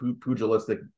pugilistic